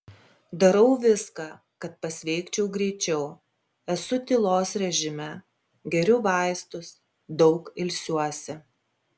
darau viską kad pasveikčiau greičiau esu tylos režime geriu vaistus daug ilsiuosi